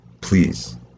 please